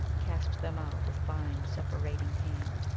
cast them out with fine separating hand,